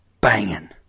Banging